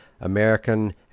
American